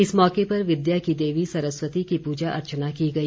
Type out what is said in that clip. इस मौके पर विद्या की देवी सरस्वती की पूजा अर्चना की गई